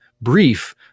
brief